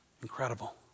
incredible